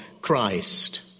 Christ